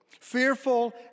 Fearful